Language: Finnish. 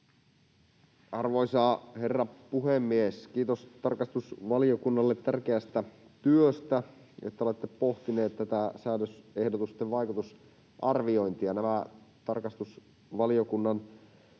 Arvoisa herra puhemies! Kiitos tarkastusvaliokunnalle tärkeästä työstä, että olette pohtineet tätä säädösehdotusten vaikutusarviointia. Nämä tarkastusvaliokunnan